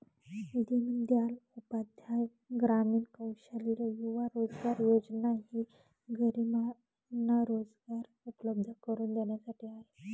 दीनदयाल उपाध्याय ग्रामीण कौशल्य युवा रोजगार योजना ही गरिबांना रोजगार उपलब्ध करून देण्यासाठी आहे